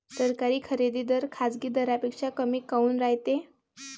सरकारी खरेदी दर खाजगी दरापेक्षा कमी काऊन रायते?